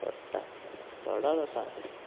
चडटा चडच आसा आपलें